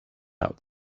out